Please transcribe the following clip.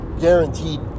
guaranteed